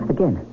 Again